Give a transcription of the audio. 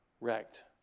wrecked